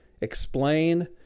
explain